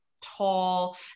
tall